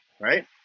Right